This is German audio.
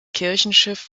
kirchenschiff